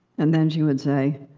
and then she would say,